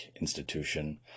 institution